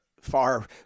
far